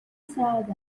سرد